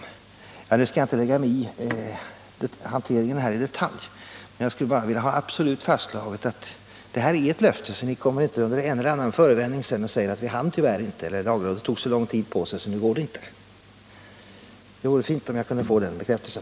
Nu skall jag naturligtvis inte lägga mig i hanteringen i detalj, men jag skulle vilja ha absolut fastslaget att det här är ett löfte, så att regeringen inte under en eller annan förevändning sedan kommer och säger att den tyvärr inte hann eller att lagrådet tog så lång tid på sig att det inte går att komma med något sådant lagförslag. Det vore fint om jag kunde få den bekräftelsen.